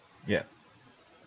yup